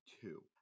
two